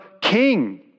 king